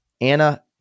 Anna